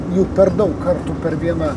jau per daug kartų per dieną